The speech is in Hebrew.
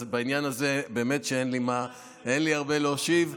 בעניין הזה באמת שאין לי הרבה להשיב.